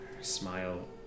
smile